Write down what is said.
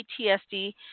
ptsd